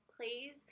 please